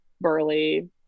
burly